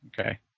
Okay